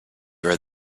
read